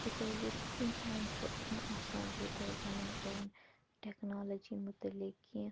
تِکیٛازِ اِنسان چھُنہٕ آسان تیٛوٗتاہ زانان ٹیٚکنالوجی متعلق کیٚنٛہہ